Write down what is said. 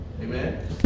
Amen